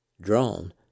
drawn